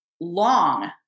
long